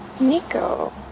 Nico